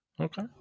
Okay